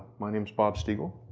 my name's bob steagall,